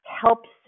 helps